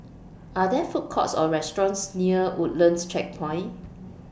Are There Food Courts Or restaurants near Woodlands Checkpoint